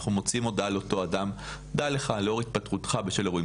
אנחנו מוצאים הודעה לאותו אדם "דע לך לאור התפטרותך בשל אירועים